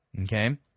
okay